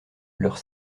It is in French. leurs